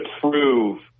prove